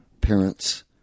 parents